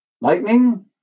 Lightning